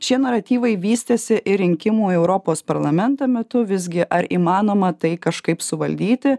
šie naratyvai vystėsi ir rinkimų į europos parlamentą metu visgi ar įmanoma tai kažkaip suvaldyti